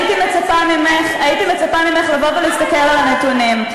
הייתי מצפה ממך לבוא ולהסתכל על הנתונים.